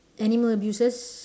animal abuses